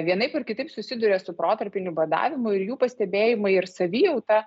vienaip ar kitaip susiduria su protarpiniu badavimu ir jų pastebėjimai ir savijauta